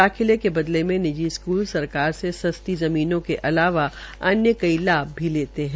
दाखिले के बदेल में निर्जी स्कूल सरकार से सस्ती ज़मीनों के अलावा अन्य कई लाभ लेते है